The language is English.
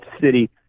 city